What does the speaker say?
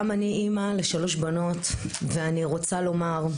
גם אני אמא לשלוש בנות ואני רוצה לומר,